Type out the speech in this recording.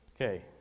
Okay